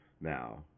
now